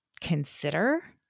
consider